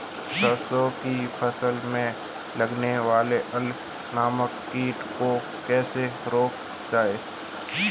सरसों की फसल में लगने वाले अल नामक कीट को कैसे रोका जाए?